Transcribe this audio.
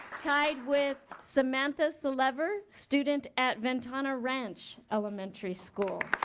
tied with samantha selever, student at ventana ranch elementary school.